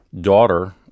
daughter